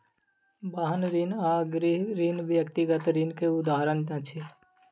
वाहन ऋण आ गृह ऋण व्यक्तिगत ऋण के उदाहरण अछि